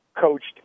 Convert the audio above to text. coached